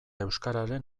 euskararen